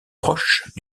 proche